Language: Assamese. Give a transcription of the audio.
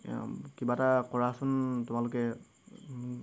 কিবা এটা কৰাচোন তোমালোকে